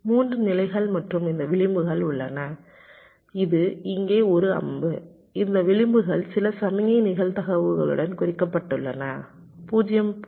3 நிலைகள் மற்றும் இந்த விளிம்புகள் உள்ளன இது இங்கே ஒரு அம்பு இந்த விளிம்புகள் சில சமிக்ஞை நிகழ்தகவுகளுடன் குறிக்கப்பட்டுள்ளன 0